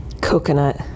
coconut